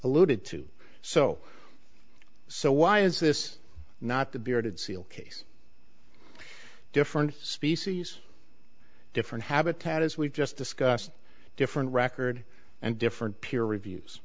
alluded to so so why is this not the bearded seal case different species different habitat as we've just discussed different record and different peer reviews